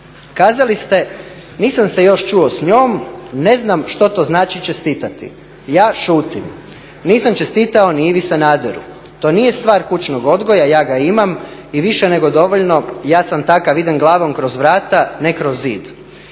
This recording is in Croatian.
"Nisam se još čuo s njom, ne znam što to znači čestitati. Ja šutim. Nisam čestitao ni Ivi Sanaderu. To nije stvar kućnog odgoja, ja ga imam i više nego dovoljno, ja sam takav idem glavom kroz vrata, ne kroz zid.